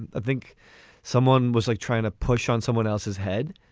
i think someone was like trying to push on someone else's head.